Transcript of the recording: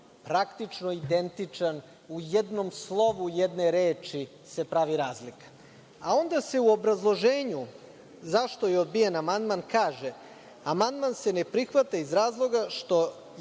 praktično identičan u jednom slovu jedne reči se pravi razlika, a onda se u obrazloženju zašto je odbijen amandman kaže – amandman se ne prihvata iz razloga što